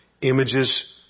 images